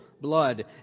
blood